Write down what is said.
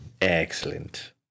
Excellent